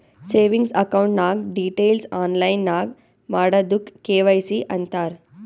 savings account ನಾಗ್ details online ನಾಗ್ ಮಾಡದುಕ್ ಕೆ.ವೈ.ಸಿ ಅಂತಾರ್